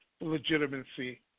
legitimacy